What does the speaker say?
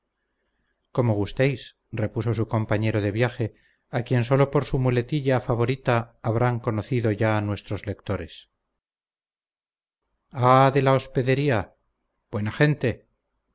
como gustéis repuso su compañero de viaje a quien sólo por su muletilla favorita habrán conocido ya nuestros lectores ah de la hospedería buena gente